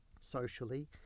socially